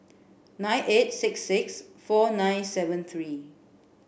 nine eight six six four nine seven three